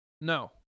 no